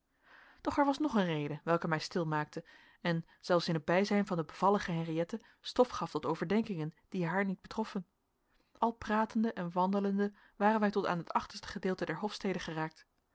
er was nog een reden welke mij stil maakte en zelfs in het bijzijn van de bevallige henriëtte stof gaf tot overdenkingen die haar niet betroffen al pratende en wandelende waren wij tot aan het achterste gedeelte der hofstede geraakt